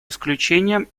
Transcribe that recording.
исключением